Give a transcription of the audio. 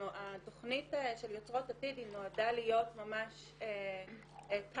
התכנית של יוצרות עתיד נועדה להיות ממש פיילוט.